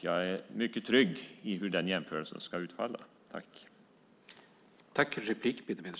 Jag är mycket trygg när det gäller hur en sådan jämförelse utfaller.